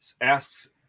asks